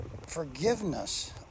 forgiveness